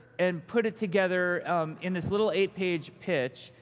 and put it together in this little eight-page pitch,